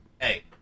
hey